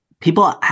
People